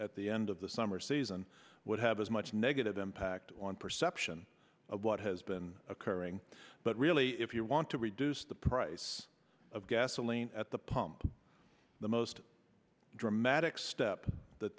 at the end of the summer season would have as much negative impact on perception of what has been occurring but really if you want to reduce the price of gasoline at the pump the most dramatic step that